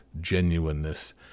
genuineness